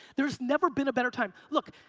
there's never been a better time. look,